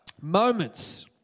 moments